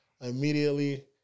immediately